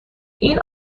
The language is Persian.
این